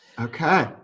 Okay